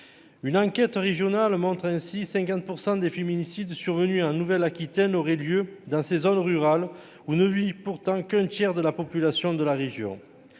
une enquête régionale montre ainsi 50 % des féminicides survenus hein Nouvelle Aquitaine aurait lieu dans ces zones rurales où ne vit pourtant qu'un tiers de la population de la région,